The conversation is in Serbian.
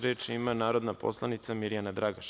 Reč ima narodna poslanica Mirjana Dragaš.